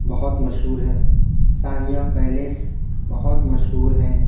بہت مشہور ہے ثانیہ پیلیس بہت مشہور ہیں